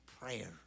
prayer